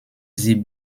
sie